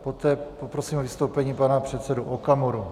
Poté poprosím o vystoupení pana předsedu Okamuru.